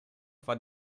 war